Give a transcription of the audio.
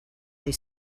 they